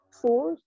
Four